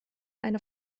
eine